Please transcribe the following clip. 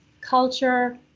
culture